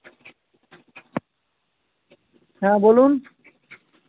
হ্যাঁ বলুন